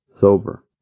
sober